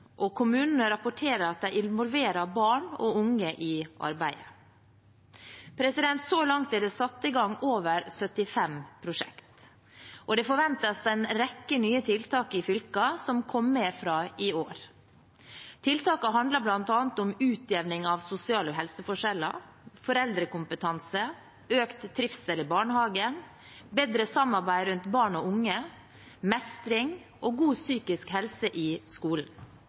og kommunene rapporterer at de involverer barn og unge i arbeidet. Så langt er det satt i gang over 75 prosjekter, og det forventes en rekke nye tiltak i fylkene som kom med fra i år. Tiltakene handler bl.a. om utjevning av sosiale helseforskjeller, foreldrekompetanse, økt trivsel i barnehagen, bedre samarbeid rundt barn og unge, mestring og god psykisk helse i skolen,